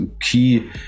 key